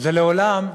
זה מעולם,